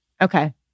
Okay